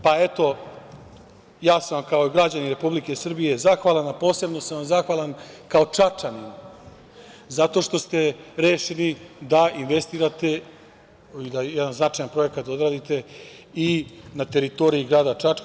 Pa, eto, ja sam vam kao građanin Republike Srbije zahvalan, a posebno sam vam zahvalan kao Čačanin, zato što ste rešili da investirate i da jedan značajan projekat odradite i na teritoriji grada Čačka.